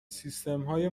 سیستمهای